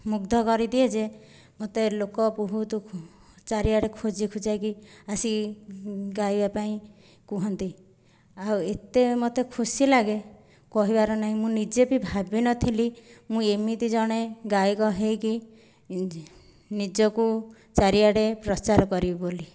ମୁଗ୍ଧ କରିଦିଏ ଯେ ମୋତେ ଲୋକ ବହୁତ ଚାରିଆଡ଼େ ଖୋଜି ଖୁଜାକି ଆସିକି ଗାଇବା ପାଇଁ କୁହନ୍ତି ଆଉ ଏତେ ମୋତେ ଖୁସି ଲାଗେ କହିବାର ନାହିଁ ମୁଁ ନିଜେ ବି ଭାବିନଥିଲି ମୁଁ ଏମିତି ଜଣେ ଗାୟକ ହୋଇକି ନିଜକୁ ଚାରିଆଡ଼େ ପ୍ରଚାର କରିବି ବୋଲି